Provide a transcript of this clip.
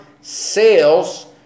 sales